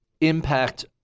impact